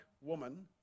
woman